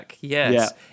Yes